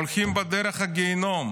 הולכים בדרך הגיהינום,